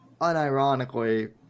unironically